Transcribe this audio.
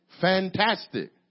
fantastic